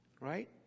Right